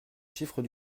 chiffres